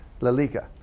Lalika